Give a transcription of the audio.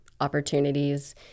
opportunities